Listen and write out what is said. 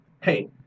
Hey